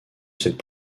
cette